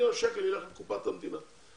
מיליון שקל ילך לקופת המדינה,